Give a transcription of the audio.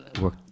work